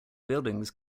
buildings